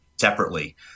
separately